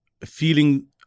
feeling